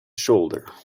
shoulder